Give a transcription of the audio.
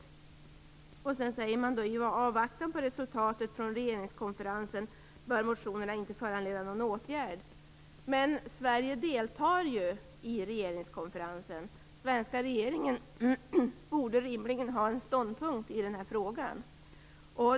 Men i betänkandet står det att i avvaktan på resultatet från regeringskonferensen bör motionerna inte föranleda någon åtgärd. Men Sverige deltar ju i regeringskonferensen. Den svenska regeringen borde rimligen ha en ståndpunkt i frågan.